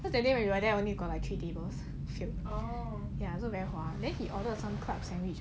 cause that day when we were there only got like three tables filled ya so very 划 then he ordered some club sandwich or what